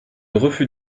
refus